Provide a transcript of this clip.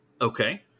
Okay